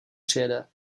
přijede